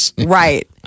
Right